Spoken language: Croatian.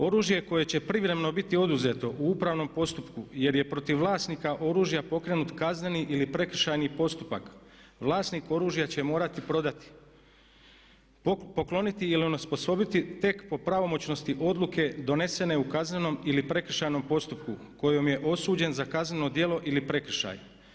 Oružje koje će privremeno biti oduzeto u upravnom postupku, jer je protiv vlasnika oružja pokrenut kazneni ili prekršajni postupak vlasnik oružja će morati prodati, pokloniti ili onesposobiti tek po pravomoćnosti odluke donesene u kaznenom ili prekršajnom postupku kojom je osuđen za kazneno djelo ili prekršaj.